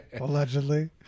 Allegedly